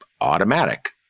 automatic